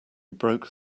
broke